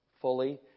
fully